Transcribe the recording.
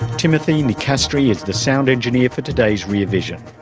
timothy nicastri is the sound engineer for today's rear vision.